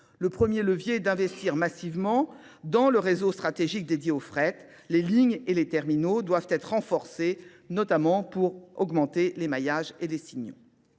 Le premier levier est d'investir massivement dans le réseau stratégique dédié aux frettes. Les lignes et les terminaux doivent être renforcés, notamment pour augmenter les maillages et les signaux.